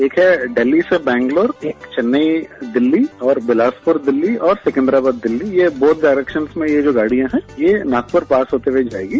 एक है दिल्ली से बंगलोर एक चन्नई दिल्ली बिलासप्र दिल्ली और सिकंदराबाद दिल्ली ये बोथ डायरेक्शन मे ये जो गाडिया है ये नागप्र पास होते हये जाएगी